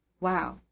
Wow